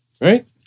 Right